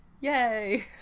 Yay